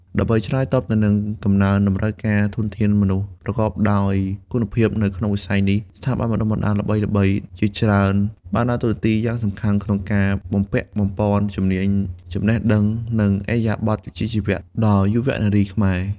ដើម្បីឆ្លើយតបទៅនឹងកំណើនតម្រូវការធនធានមនុស្សប្រកបដោយគុណភាពនៅក្នុងវិស័យនេះ ស្ថាប័នបណ្តុះបណ្តាលល្បីៗជាច្រើនបានដើរតួនាទីយ៉ាងសំខាន់ក្នុងការបំពាក់បំប៉នជំនាញ ចំណេះដឹង និងឥរិយាបទវិជ្ជាជីវៈដល់យុវនារីខ្មែរ។